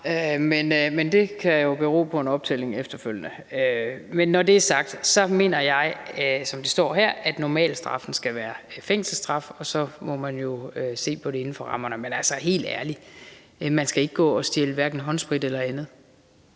Men det kan jo bero på en optælling efterfølgende. Når det er sagt, mener jeg, som det står her, at normalstraffen skal være fængselsstraf, og så må man jo se på det inden for rammerne. Men helt ærligt, man skal ikke gå og stjæle håndsprit eller andet.